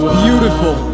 beautiful